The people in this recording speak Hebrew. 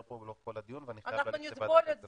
פה לאורך כל הדיון ואני חייב לגשת לוועדת הכספים.